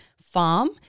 Farm